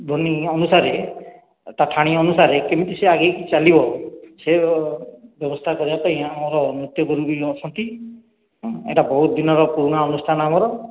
ଧ୍ୱନି ଅନୁସାରେ ତା ଠାଣି ଅନୁସାରେ କେମିତି ସେ ଆଗେଇକି ଚାଲିବ ସେ ବ୍ୟବସ୍ତା କରିବାପାଇଁ ଆମର ନୃତ୍ୟ ଗୁରୁ ବି ଅଛନ୍ତି ହୁଁ ଏଇଟା ବହୁତ ଦିନର ପୁରୁଣା ଅନୁଷ୍ଠାନ ଆମର